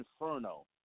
Inferno